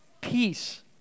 peace